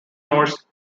norse